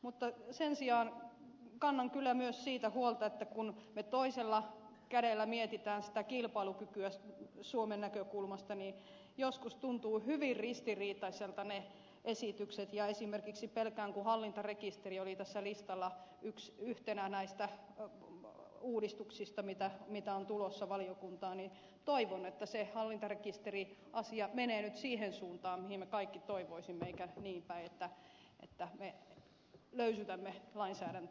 mutta sen sijaan kannan kyllä myös siitä huolta että kun me toisella kädellä mietimme sitä kilpailukykyä suomen näkökulmasta niin joskus tuntuvat hyvin ristiriitaisilta ne esitykset ja esimerkiksi pelkään kun hallintarekisteri oli tässä listalla yhtenä näistä uudistuksista mitä on tulossa valiokuntaan ja toivon että se hallintarekisteriasia menee nyt siihen suuntaan mihin me kaikki toivoisimme eikä niin päin että me löysytämme lainsäädäntöä edelleenkin